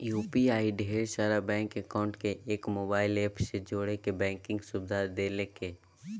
UPI ढेर सारा bank account के एक मोबाइल ऐप पर जोड़े के बैंकिंग सुविधा देलकै